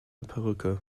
perücke